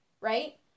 right